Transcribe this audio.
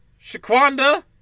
Shaquanda